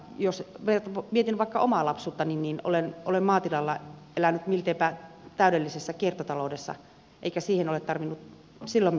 jos mietin vaikka omaa lapsuuttani niin olen maatilalla elänyt milteipä täydellisessä kiertotaloudessa eikä siihen ole tarvinnut silloin mitään lakeja